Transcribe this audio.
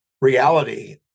reality